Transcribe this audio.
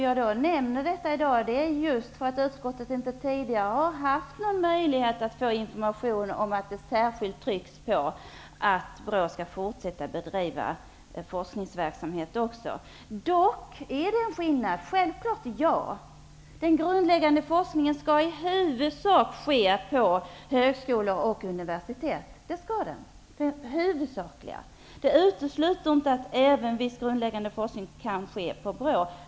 Jag nämner detta i dag därför att utskottet tidigare inte har haft någon möjlighet att få information om att det särskilt trycks på att BRÅ skall fortsätta att bedriva forskningsverksamhet också. Det är dock en skillnad. Det är självklart. Den grundläggande forskningen skall i huvudsak ske på högskolor och universitet. Det utesluter inte att viss grundläggande forskningen även kan ske på BRÅ.